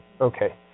okay